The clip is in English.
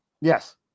Yes